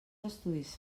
estudis